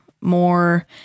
more